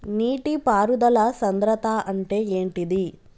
నీటి పారుదల సంద్రతా అంటే ఏంటిది?